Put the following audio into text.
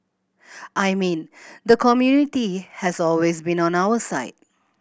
I mean the community has always been on our side